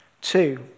Two